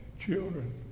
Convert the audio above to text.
children